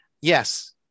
Yes